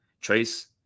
Trace